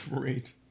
Great